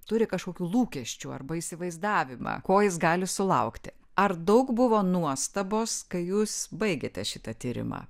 turi kažkokių lūkesčių arba įsivaizdavimą ko jis gali sulaukti ar daug buvo nuostabos kai jūs baigėte šitą tyrimą